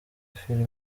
film